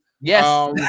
Yes